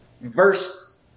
verse